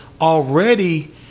already